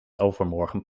overmorgen